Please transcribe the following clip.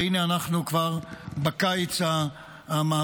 והינה אנחנו כבר בקיץ המהביל,